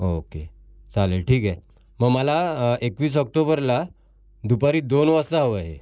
okay चालेल ठीक आहे म मला एकवीस ऑक्टोबरला दुपारी दोन वाजता हवं आहे हे